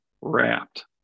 wrapped